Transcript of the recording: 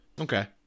Okay